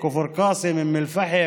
כמו קבוצת כפר קאסם וקבוצת אום אל-פחם,